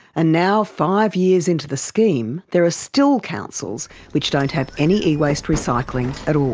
and now five years into the scheme there are still councils which don't have any e-waste recycling at